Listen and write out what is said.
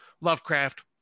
Lovecraft